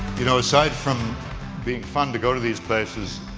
you know, aside from being fun to go to these places,